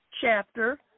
Chapter